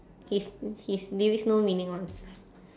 his his lyrics no meaning [one]